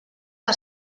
que